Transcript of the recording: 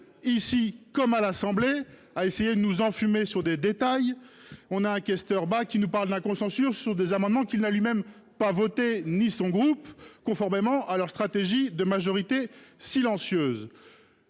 ici comme à l'Assemblée a essayé de nous enfumer sur des détails. On a un questeur bah qui nous parle d'un consensus sur des amendements qu'il n'a lui-même pas voter ni son groupe conformément à leur stratégie de majorité silencieuse.